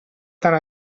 tant